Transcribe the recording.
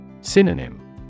Synonym